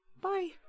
Bye